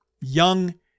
young